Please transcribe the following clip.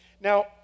Now